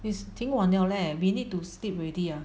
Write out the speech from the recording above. is 挺晚了 leh we need to sleep already ah